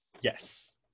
Yes